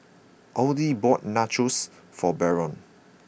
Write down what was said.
Odie bought Nachos for Barron